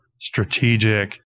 strategic